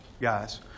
guys